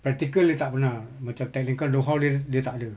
practical dia tak pernah macam technical know how dia dia tak ada